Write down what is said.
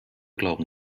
glauben